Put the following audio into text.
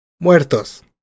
Muertos